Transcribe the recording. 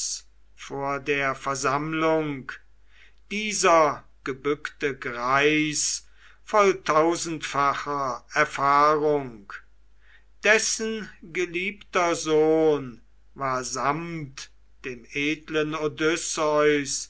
vor der versammlung dieser gebückte greis voll tausendfacher erfahrung dessen geliebter sohn war samt dem edlen